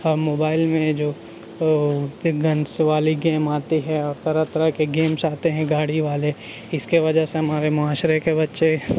اور موبائل میں جو گنس والے گیم آتے ہیں اور طرح طرح کے گیمس آتے ہیں گاڑی والے اس کے وجہ سے ہمارے معاشرے کے بچے